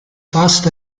fast